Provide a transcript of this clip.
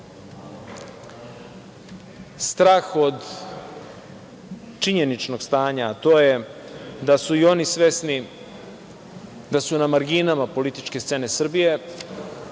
strah od činjeničnog stanja, i da su oni svesni da su na marginama političke scene Srbije.